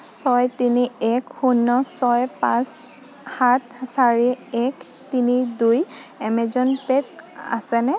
ছয় তিনি এক শূন্য ছয় পাঁচ সাত চাৰি এক তিনি দুই এমেজন পে'ত আছেনে